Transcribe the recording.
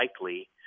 likely